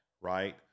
right